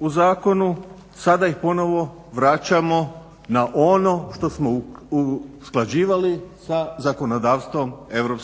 u zakonu sada ih ponovo vraćamo na ono što smo usklađivali sa zakonodavstvom EU.